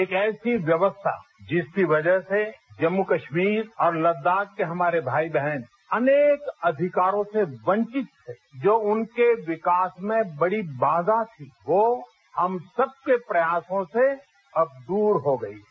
एक ऐसी व्यवस्था जिसकी वजह से जम्मू कश्मीर और लद्दाख के हमारे भाई बहन अनेक अधिकारों से वंचित थे जो उनके विकास में बड़ी बाधा थी वो हम सबके प्रयासों से अब दूर हो गई है